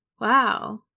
Wow